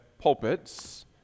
pulpits